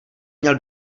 měl